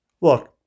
Look